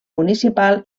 municipal